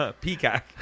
Peacock